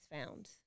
found